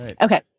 Okay